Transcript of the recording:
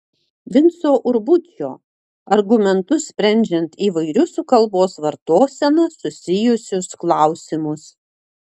vinco urbučio argumentus sprendžiant įvairius su kalbos vartosena susijusius klausimus